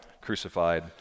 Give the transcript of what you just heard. crucified